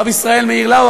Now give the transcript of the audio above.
הרב ישראל מאיר לאו,